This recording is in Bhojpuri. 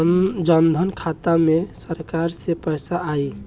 जनधन खाता मे सरकार से पैसा आई?